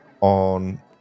on